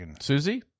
Susie